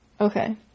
okay